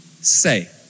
say